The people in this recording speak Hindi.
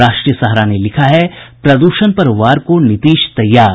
राष्ट्रीय सहारा ने लिखा है प्रद्षण पर वार को नीतीश तैयार